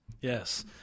yes